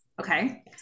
Okay